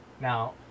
Now